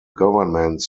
governments